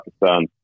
Pakistan